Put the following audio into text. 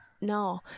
no